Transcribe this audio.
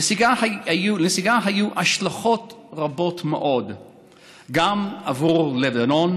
לנסיגה היו השלכות רבות מאוד גם עבור לבנון,